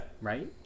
Right